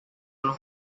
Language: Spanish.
los